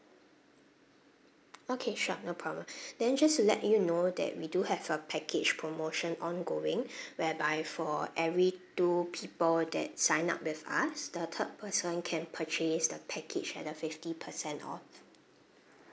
okay sure no problem then just to let you know that we do have a package promotion ongoing whereby for every two people that sign up with us the third person can purchase the package at a fifty percent off